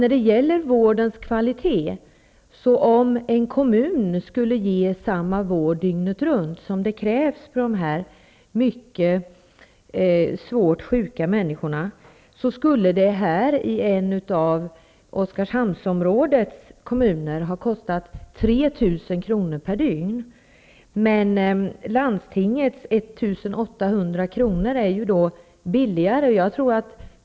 När det gäller frågan om vårdens kvalitet kan man konstatera, att om en kommun i Oskarshamnsområdet skulle ge vård dygnet runt för dessa svårt sjuka människorna skulle det kosta 3 000 kr. per dygn. I landstinget skulle det kosta 1 800 kr., vilket är billigare.